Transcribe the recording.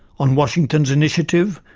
on washington's initiative,